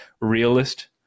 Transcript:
realist